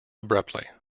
abruptly